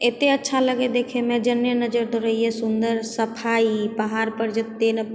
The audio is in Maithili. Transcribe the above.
एतेक अच्छा लगै देखैमे जेने नजर दौड़ैए सुन्दर सफाइ पहाड़पर जेते